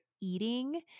eating